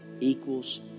equals